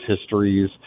histories